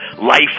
life